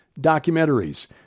documentaries